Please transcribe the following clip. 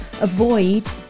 avoid